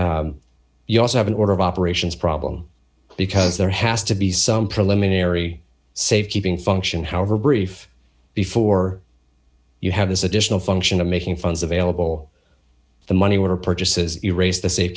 safekeeping you also have an order of operations problem because there has to be some preliminary safe keeping function however brief before you have this additional function of making funds available the money order purchases erase the safe